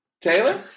Taylor